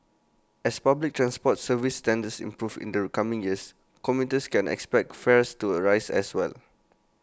as public transport service standards improve in the coming years commuters can expect fares to rise as well